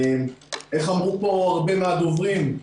איך אמרו פה הרבה מהדוברים?